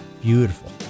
Beautiful